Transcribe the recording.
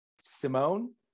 simone